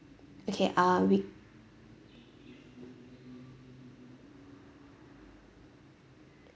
okay um we